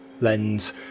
lens